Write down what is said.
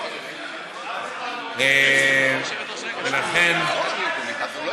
אף אחד, אף אחד,